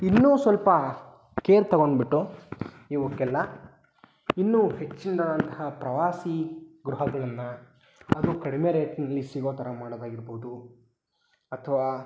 ಇನ್ನೂ ಸ್ವಲ್ಪ ಕೇರ್ ತೊಗೊಂಡುಬಿಟ್ಟು ಇವಕ್ಕೆಲ್ಲ ಇನ್ನೂ ಹೆಚ್ಚಿನದಾದಂತಹ ಪ್ರವಾಸಿ ಗೃಹಗಳನ್ನು ಅದು ಕಡಿಮೆ ರೇಟ್ನಲ್ಲಿ ಸಿಗೋ ಥರ ಮಾಡೋದಾಗಿರ್ಬೋದು ಅಥವಾ